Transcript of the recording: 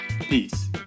Peace